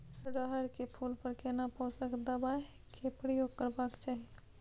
रहर के फूल पर केना पोषक दबाय के प्रयोग करबाक चाही?